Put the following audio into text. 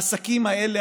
העסקים האלה,